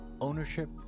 ownership